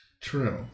True